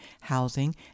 housing